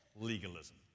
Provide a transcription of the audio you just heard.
legalism